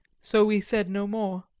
so we said no more.